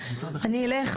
אני אלך,